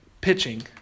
pitching